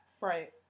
Right